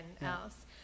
else